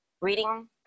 reading